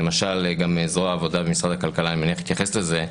למשל גם זרוע העבודה במשרד הכלכלה אני מניח שיתייחס לזה,